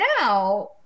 now